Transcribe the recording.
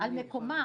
על מקומה